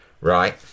right